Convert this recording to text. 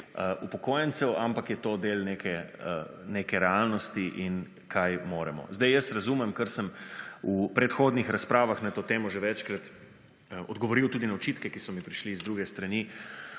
upokojencev, ampak je to del neke realnosti in kaj moramo. Zdaj jaz razumem, ker sem v predhodnih razpravah na to temo že večkrat odgovoril tudi na očitke, ki so mi prišli iz druge strani,